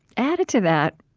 added to that,